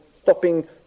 stopping